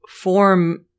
form-